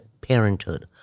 Parenthood